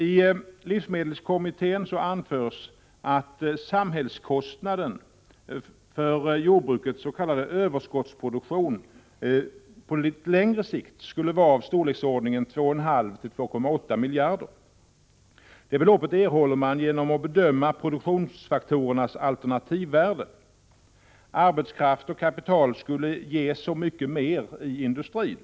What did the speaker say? I livsmedelskommitténs betänkande anförs att samhällskostnaden för jordbrukets s.k. överskottsproduktion på litet längre sikt skulle vara i storleksordningen 2,5-2,8 miljarder. Den uppskattningen kommer man fram till genom att bedöma produktionsfaktorernas alternativvärde. Arbetskraft och kapital skulle ge så mycket mer i industrin.